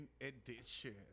edition